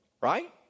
right